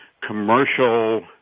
commercial